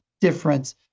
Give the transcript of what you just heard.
difference